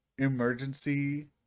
Emergency